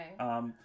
Okay